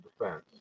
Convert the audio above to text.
defense